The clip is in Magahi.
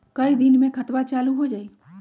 कई दिन मे खतबा चालु हो जाई?